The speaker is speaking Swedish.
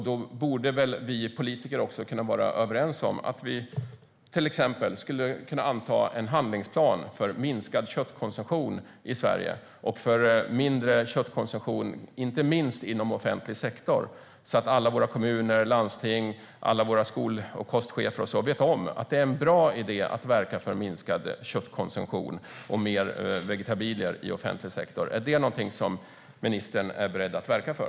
Då borde väl vi politiker också kunna vara överens om att anta en handlingsplan för minskad köttkonsumtion i Sverige, inte minst inom offentlig sektor, så att alla kommuner, landsting, skol och kostchefer och så vidare vet att det är en bra idé med minskad köttkonsumtion och mer vegetabilisk mat i offentlig sektor. Är detta något som ministern är beredd att verka för?